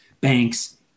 banks